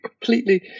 completely